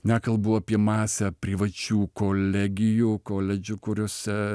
nekalbu apie masę privačių kolegijų koledžų kuriuose